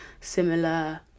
similar